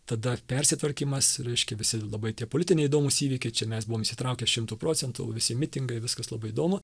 tada persitvarkymas reiškia visi labai tie politiniai įdomūs įvykiai čia mes buvom įsitraukę šimtu procentų visi mitingai viskas labai įdomu